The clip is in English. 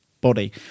body